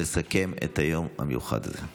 לסכם את היום המיוחד הזה.